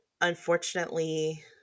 unfortunately